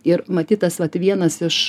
ir matyt tas vat vienas iš